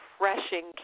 refreshing